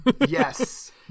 Yes